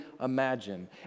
imagine